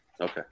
Okay